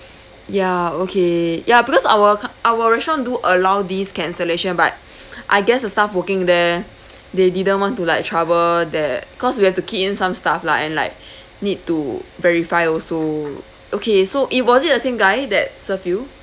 ya okay ya because our our restaurant do allow these cancellation but I guess the staff working there they didn't want to like trouble that cause we have to key in some stuff lah and like need to verify also okay so it was it the same guy that serve you